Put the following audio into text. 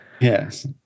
Yes